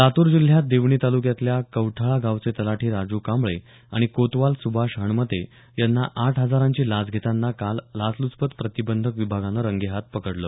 लातूर जिल्ह्यात देवणी तालुक्यातल्या कवठाळा गावचे तलाठी राजू कांबळे आणि कोतवाल सुभाष हणमते यांना आठ हजारांची लाच घेतांना काल लाचलुचपत प्रतिबंधक विभागानं रंगेहात पकडलं